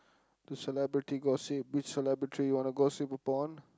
to celebrity gossip which celebrity you wanna gossip upon